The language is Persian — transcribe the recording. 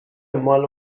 مال